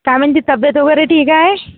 काय म्हणते तब्येत वगैरे ठीक आहे